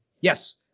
Yes